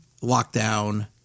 lockdown